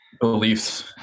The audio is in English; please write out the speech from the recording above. beliefs